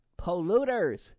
polluters